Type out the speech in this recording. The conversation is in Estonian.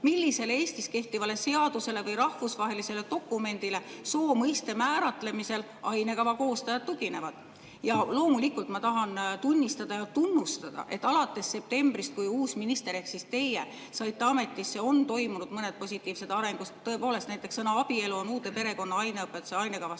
Millisele Eestis kehtivale seadusele või rahvusvahelisele dokumendile soo mõiste määratlemisel ainekava koostajad tuginevad? Loomulikult, ma tahan tunnistada ja tunnustada, et alates septembrist, kui uus minister sai ametisse, ehk teie, on toimunud mõned positiivsed arengud tõepoolest. Näiteks sõna "abielu" on uude perekonnaõpetuse ainekavasse